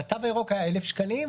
על התו הירוק היה 1,00 שקלים,